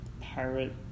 pirate